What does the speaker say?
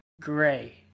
Gray